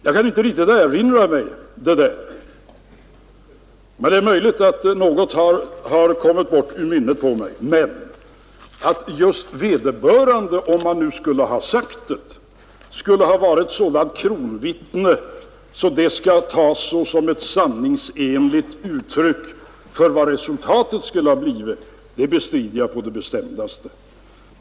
Jag kan inte riktigt erinra mig det där. Det är möjligt att något har fallit bort ur mitt minne, men att vederbörande, om han nu sagt det som herr Helén åberopade, skulle vara ett sådant kronvittne att yttrandet skall tas som en sanningsenlig redogörelse för vad resultatet skulle ha blivit, bestrider jag på det bestämdaste.